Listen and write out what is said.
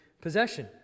possession